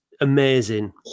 amazing